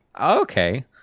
okay